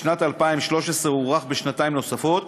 בשנת 2013 הוארך בשנתיים נוספות,